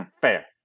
Fair